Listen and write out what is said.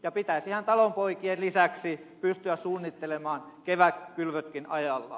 pitäisihän talonpoikien lisäksi pystyä suunnittelemaan kevätkylvötkin ajallaan